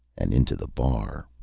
and into the bar.